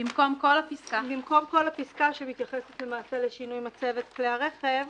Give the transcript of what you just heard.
במקום כל הפסקה שמתייחסת לשינוי מצבת כלי הרכב,